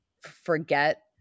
forget